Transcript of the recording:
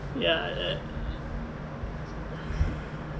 ya uh